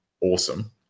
awesome